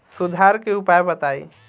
सुधार के उपाय बताई?